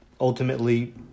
ultimately